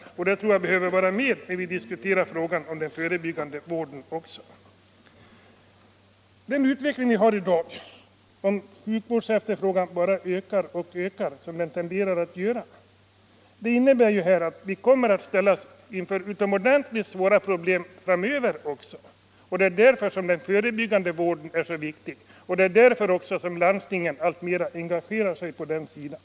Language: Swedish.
Det behöver också sägas när vi diskuterar frågan om den förebyggande vården. Den utveckling vi har i dag, där sjukvårdsefterfrågan bara tenderar att öka, innebär att vi kommer att ställas inför utomordentligt svåra problem också framöver. Det är därför som den förebyggande vården är så viktig, och det är också anledningen till att landstingen alltmer engagerar sig på det området.